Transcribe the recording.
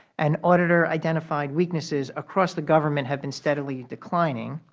and auditor-identified weaknesses across the government have been steadily declining.